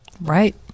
Right